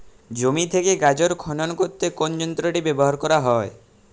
জমি থেকে গাজর খনন করতে কোন যন্ত্রটি ব্যবহার করা হয়?